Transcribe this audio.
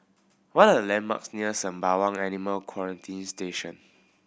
what are the landmarks near Sembawang Animal Quarantine Station